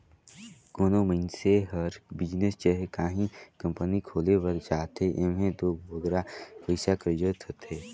कोनो मइनसे हर बिजनेस चहे काहीं कंपनी खोले बर चाहथे एम्हें दो बगरा पइसा कर जरूरत होथे